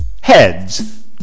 heads